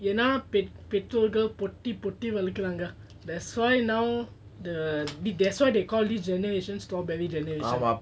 எனாபெற்றோர்கள்பொத்திப்பொத்திவளக்குறாங்க:yena petrorkal pothipothi valakuranga that's why now the that's why they call this generation strawberry generation